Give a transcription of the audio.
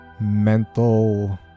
mental